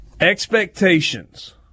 Expectations